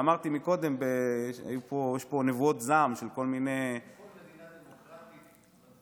אמרתי קודם שיש פה נבואות זעם של כל מיני בכל מדינה דמוקרטית השר